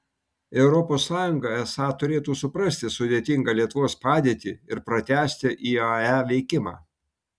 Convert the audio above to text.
europos sąjunga esą turėtų suprasti sudėtingą lietuvos padėtį ir pratęsti iae veikimą